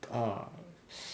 err